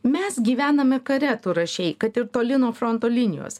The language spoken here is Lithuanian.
mes gyvename kare tu rašei kad ir toli nuo fronto linijos